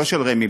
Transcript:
לא של רמ"י,